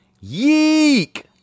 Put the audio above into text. Yeek